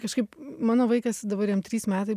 kažkaip mano vaikas dabar jam trys metai